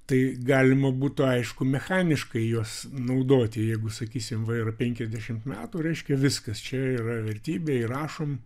tai galima būtų aišku mechaniškai juos naudoti jeigu sakysim va ir penkiasdešimt metų reiškia viskas čia yra vertybė įrašom